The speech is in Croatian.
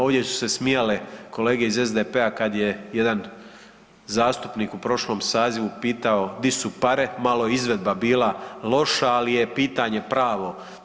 Ovdje su se smijale kolege iz SDP-a kada je jedan zastupnik u prošlom sazivu pitao gdje su pare, malo je izvedba bila loša, ali je pitanje pravo.